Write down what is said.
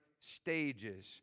stages